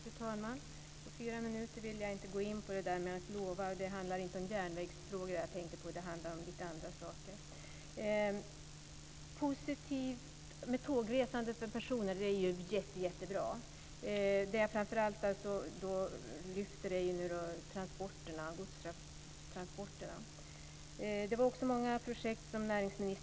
Fru talman! På fyra minuter vill jag inte gå in på det som sagts om att lova. Det är inte järnvägsfrågor jag tänker på, utan andra saker. Det är positivt att tågresandet för personer har ökat. Det jag här vill lyfta fram är godstransporterna. Näringsministern nämnde många projekt som är i gång.